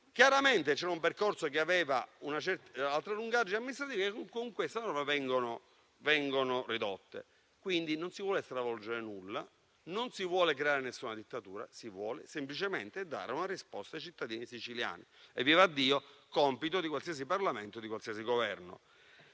Chiaramente c'era un percorso che prevedeva altre lungaggini amministrative che, con questa norma, vengono ridotte. Quindi, non si vuole stravolgere nulla, non si vuole creare alcuna dittatura, ma si vuole semplicemente dare una risposta ai cittadini siciliani e - vivaddio - è compito di qualsiasi Parlamento e di qualsiasi Governo.